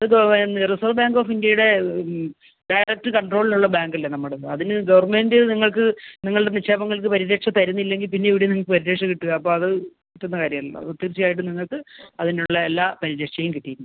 reserve bank of ഇന്ത്യയുടെ direct കൺട്രോളിൽ ഉള്ള ബാങ്ക് അല്ലേ നമ്മുടേത് അതിന് ഗവർമെൻറ്റ് നിങ്ങൾക്ക് നിങ്ങളുടെ നിക്ഷേപങ്ങൾക്ക് പരിരക്ഷ തരുന്നില്ലെങ്കിൽ പിന്നെ എവിടെ നിങ്ങൾക്ക് പരിരക്ഷ കിട്ടുക അപ്പോൾ അത് കിട്ടുന്ന കാര്യം അല്ലല്ലോ തീർച്ചയായിട്ടും നിങ്ങൾക്ക് അതിനുള്ള എല്ലാ പരിരക്ഷയും കിട്ടിയിരിക്കും